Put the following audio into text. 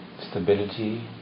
stability